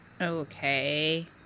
Okay